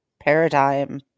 paradigm